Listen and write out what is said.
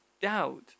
doubt